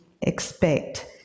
expect